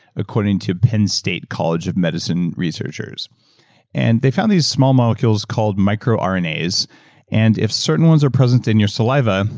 according to penn state college of medicine researchers and they found these small molecules called micrornas, and if certain ones are present in your saliva,